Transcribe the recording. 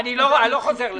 רגע.